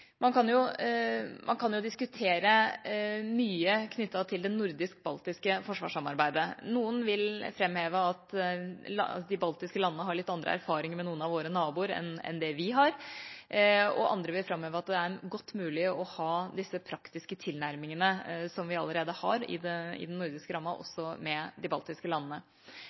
Man kan jo diskutere mye knyttet til det nordisk-baltiske forsvarssamarbeidet. Noen vil framheve at de baltiske landene har litt andre erfaringer med noen av våre naboer enn det vi har, og andre vil framheve at det er godt mulig å ha disse praktiske tilnærmingene som vi allerede har i den nordiske rammen, også med de baltiske landene.